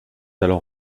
alors